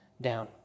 down